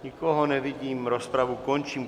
Nikoho nevidím, rozpravu končím.